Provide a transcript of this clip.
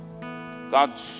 God